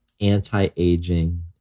anti-aging